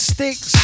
Sticks